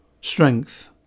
strength